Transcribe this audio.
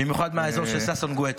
במיוחד מהאזור של ששון גואטה.